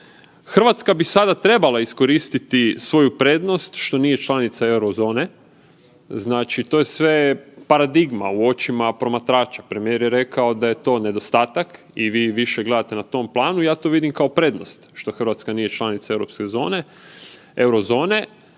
Hrvatska bi sada trebala iskoristiti svoju prednost što nije članica euro zone, znači to je sve paradigma u očima promatrača. Premijer je rekao da je to nedostatak i vi više gledate na tom planu, ja to vidim kao prednost što Hrvatska nije članica europske